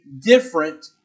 different